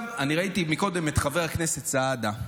אני ראיתי קודם את חבר הכנסת סעדה.